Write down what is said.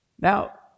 Now